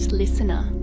listener